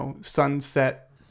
sunset